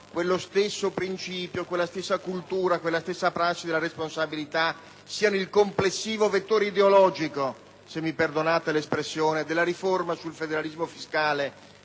quello stesso principio, quella stessa cultura e quella stessa prassi della responsabilità siano il complessivo vettore ideologico - se mi perdonate l'espressione - della riforma sul federalismo fiscale